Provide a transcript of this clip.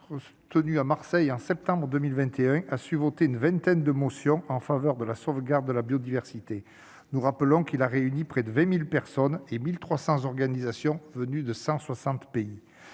tenu à Marseille en septembre 2021, a su voter une vingtaine de motions pour la sauvegarde de la biodiversité. Rappelons qu'il a réuni près de 20 000 personnes et 1 300 organisations venues de 160 pays.